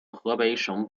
河北省